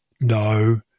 No